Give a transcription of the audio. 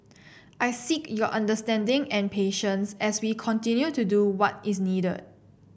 I seek your understanding and patience as we continue to do what is needed